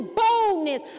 boldness